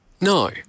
No